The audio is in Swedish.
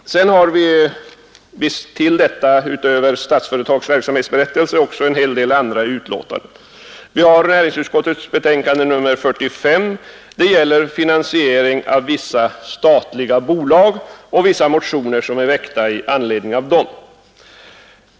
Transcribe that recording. Utöver Statsföretag AB:s verksamhetsberättelse har vi en hel del andra utlåtanden. Vi har näringsutskottets betänkande nr 45 i anledning av proposition angående finansiering m.m. rörande vissa statliga bolag jämte motioner.